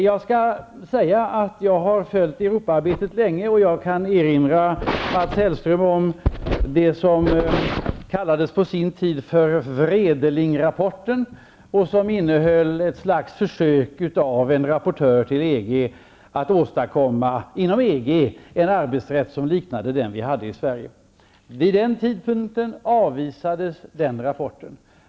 Jag har följt Europaarbetet länge, och jag kan erinra Mats Hellström om det som på sin tid kallades för Vredelingrapporten och som innehöll ett slags försök av en rapportör till EG att inom EG åstadkomma en arbetsrätt som liknade den som vi hade i Sverige. Vid den tidpunkten avvisades den rapporten.